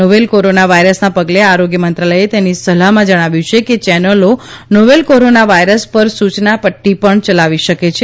novel corona વાયરસના પગલે આરોગ્ય મંત્રાલયે તેની સલાહમાં જણાવ્યું કે ચેનલો નોવોલ કોરોના વાયરસ પર સુચના પદ્દી પણ ચલાવી શકે છે